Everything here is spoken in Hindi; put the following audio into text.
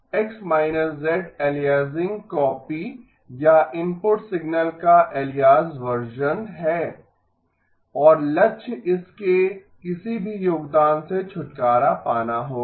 X −z एलियासिंग कॉपी या इनपुट सिग्नल का एलियास वर्शन है और लक्ष्य इसके किसी भी योगदान से छुटकारा पाना होगा